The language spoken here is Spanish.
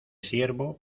siervo